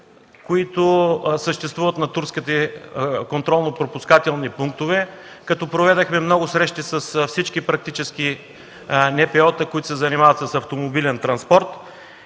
които съществуват на турските контролно-пропускателни пунктове, като проведохме много срещи – практически с всички НПО-та, които се занимават с автомобилен транспорт.